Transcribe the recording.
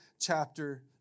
chapter